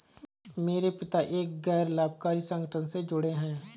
मेरे पिता एक गैर लाभकारी संगठन से जुड़े हैं